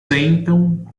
sentam